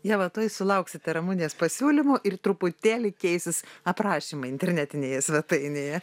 ieva tuoj sulauksit ramunės pasiūlymų ir truputėlį keisis aprašymai internetinėje svetainėje